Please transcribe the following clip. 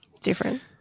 Different